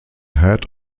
head